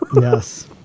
Yes